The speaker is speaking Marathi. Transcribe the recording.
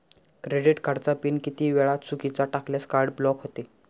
क्रेडिट कार्डचा पिन किती वेळा चुकीचा टाकल्यास कार्ड ब्लॉक होते?